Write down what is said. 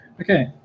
Okay